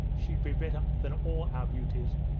she'd be better than all our beauties.